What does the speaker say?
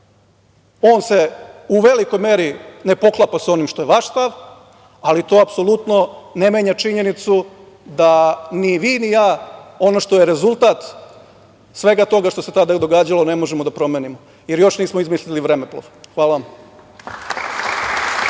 On se u velikoj meri ne poklapa sa onim što je vaš stav, ali to apsolutno ne menja činjenicu da ni vi ni ja ono što je rezultat svega toga što se tada događalo ne možemo da promenimo, jer još nismo izmislili vremeplov. Hvala vam.